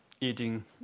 eating